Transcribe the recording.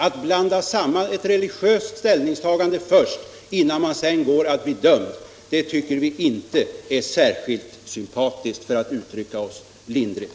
Att blanda in ett religiöst ställningstagande just innan man går att bli dömd tycker vi inte är särskilt sympatiskt, för att uttrycka oss lindrigt.